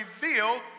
reveal